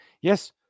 Yes